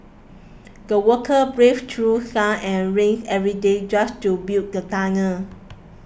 the workers braved through sun and rain every day just to build the tunnel